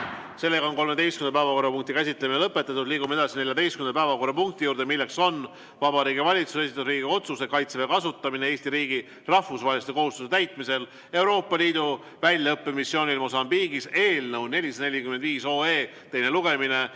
Meie 13. päevakorrapunkti käsitlemine on lõpetatud. Liigume edasi 14. päevakorrapunkti juurde. Vabariigi Valitsuse esitatud Riigikogu otsuse "Kaitseväe kasutamine Eesti riigi rahvusvaheliste kohustuste täitmisel Euroopa Liidu väljaõppemissioonil Mosambiigis" eelnõu 445